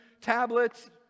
tablets